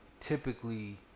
typically